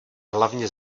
hlavně